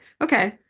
Okay